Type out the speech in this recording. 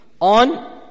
on